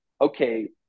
Okay